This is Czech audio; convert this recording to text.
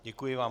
Děkuji vám.